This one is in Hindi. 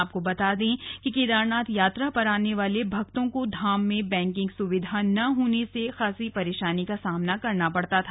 आपको बता दें कि केदारनाथ यात्रा पर आने वाले भक्तों को धाम में बैंकिंग सुविधा न होने से खासी परेशानी का सामना करना पड़ता था